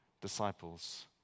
disciples